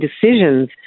decisions